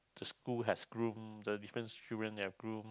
the school has groomed the different children have groomed